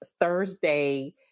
Thursday